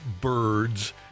birds